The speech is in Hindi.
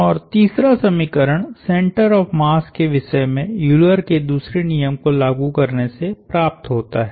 और तीसरा समीकरण सेंटर ऑफ़ मास के विषय में यूलर के दूसरे नियम को लागू करने से प्राप्त होता है